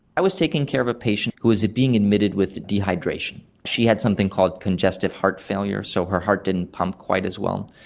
i was taking care of a patient who was being admitted with dehydration. she had something called congestive heart failure, so her heart didn't pump quite as well.